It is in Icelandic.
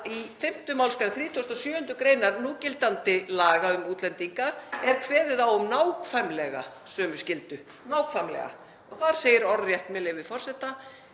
í 5. mgr. 37. gr. núgildandi laga um útlendinga er kveðið á um nákvæmlega sömu skyldu, nákvæmlega. Þar segir orðrétt, með leyfi forseta: